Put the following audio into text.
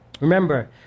Remember